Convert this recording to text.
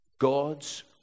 God's